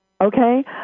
okay